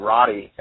Roddy